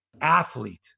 Athlete